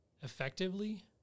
effectively